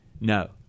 no